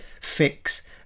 fix